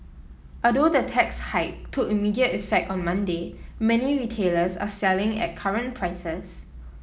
although the tax hike took immediate effect on Monday many retailers are selling at current prices